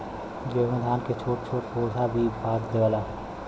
गेंहू धान के छोट छोट बोझा भी बांध देवला